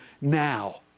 now